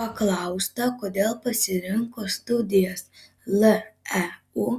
paklausta kodėl pasirinko studijas leu